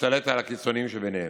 ולהשתלט על הקיצונים שבהם.